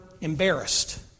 embarrassed